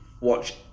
watch